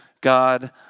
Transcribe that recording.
God